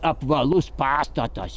apvalus pastatas